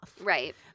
right